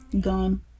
Gone